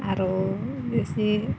आरो बिसोरनि